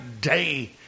day